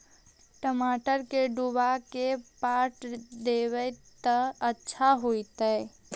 टमाटर के डुबा के पटा देबै त अच्छा होतई?